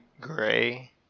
gray